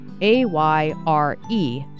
A-Y-R-E